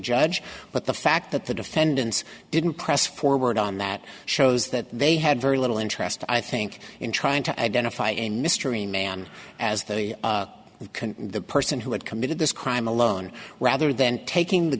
judge but the fact that the defendants didn't press forward on that shows that they had very little interest i think in trying to identify a mystery man as they can the person who had committed this crime alone rather than taking the